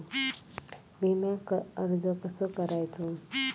विम्याक अर्ज कसो करायचो?